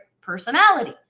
personality